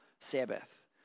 Sabbath